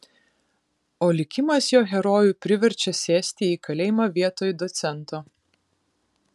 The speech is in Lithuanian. o likimas jo herojų priverčia sėsti į kalėjimą vietoj docento